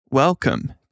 Welcome